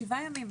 שבעה ימים.